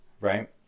right